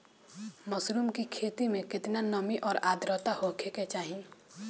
Mushroom की खेती में केतना नमी और आद्रता होखे के चाही?